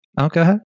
okay